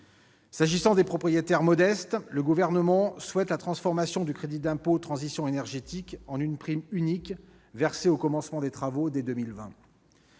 S'agissant des propriétaires modestes, le Gouvernement souhaite la transformation du crédit d'impôt pour la transition énergétique en une prime unique, versée au commencement des travaux dès 2020.